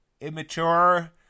immature